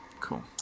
Cool